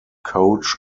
coach